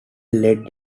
led